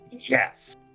yes